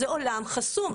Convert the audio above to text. זה עולם חסום.